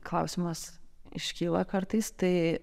klausimas iškyla kartais tai